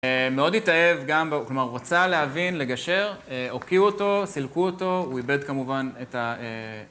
מאוד התאהב גם, כלומר רוצה להבין, לגשר, הוקיעו אותו, סילקו אותו, הוא איבד כמובן את ה...